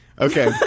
Okay